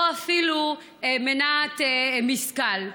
או אפילו מנת משכל.